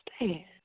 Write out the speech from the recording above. understand